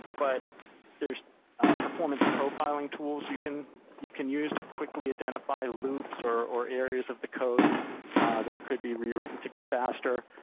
but there's performance profiling tools you can you can use to quickly identify loops or or areas of the code that could be rewritten to be faster.